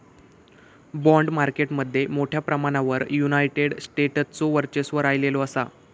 bond market मध्ये मोठ्या प्रमाणावर युनायटेड स्टेट्सचो वर्चस्व राहिलेलो असा